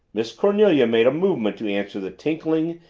miss cornelia made a movement to answer the tinkling,